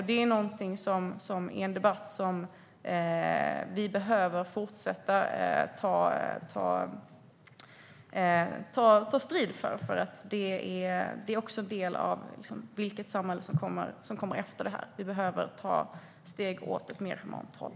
Det är någonting som vi behöver fortsätta ta strid för i debatten, för det är också en del av vilket slags samhälle som kommer efter det här. Vi behöver ta steg åt ett mer humant håll.